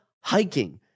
Hiking